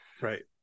Right